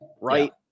Right